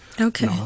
Okay